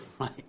Right